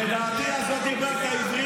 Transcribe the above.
ולדימיר, ולדימיר, אין לך מושג.